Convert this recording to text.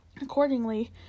Accordingly